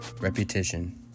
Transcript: repetition